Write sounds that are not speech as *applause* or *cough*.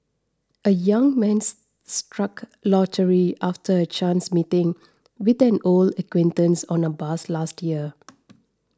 a young man struck lottery after a chance meeting with an old acquaintance on a bus last year *noise*